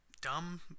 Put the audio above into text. dumb